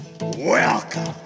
Welcome